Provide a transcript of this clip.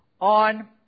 on